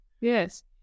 yes